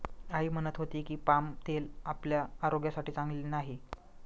आई म्हणत होती की, पाम तेल आपल्या आरोग्यासाठी चांगले नाही